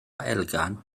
elgan